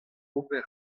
ober